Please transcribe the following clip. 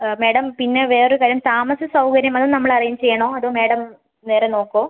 madam പിന്നെ വേറെ ഒരു കാര്യം താമസ സൗകര്യം അത് നമ്മൾ അറേഞ്ച് ചെയ്യണോ അതോ മാഡം വേറെ നോക്കുമോ